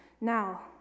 Now